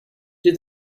did